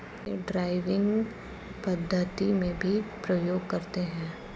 इसे ड्राइविंग पद्धति में भी प्रयोग करते हैं